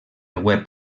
web